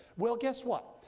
well, guess what?